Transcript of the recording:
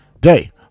day